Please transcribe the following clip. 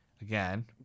Again